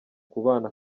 kubana